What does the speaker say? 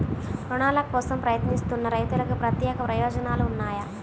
రుణాల కోసం ప్రయత్నిస్తున్న రైతులకు ప్రత్యేక ప్రయోజనాలు ఉన్నాయా?